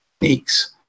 techniques